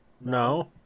no